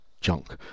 junk